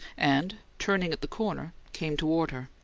and, turning at the corner, came toward her.